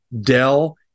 Dell